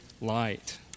light